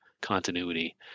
continuity